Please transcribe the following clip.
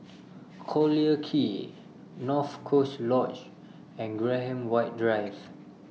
Collyer Quay North Coast Lodge and Graham White Drive